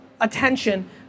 attention